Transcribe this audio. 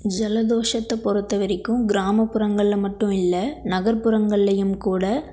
ஜலதோஷத்தை பொறுத்தை வரைக்கும் கிராமப்புறங்களில் மட்டும் இல்லை நகர்புறங்கள்லேயும் கூட